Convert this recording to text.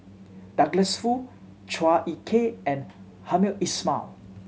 Douglas Foo Chua Ek Kay and Hamed Ismail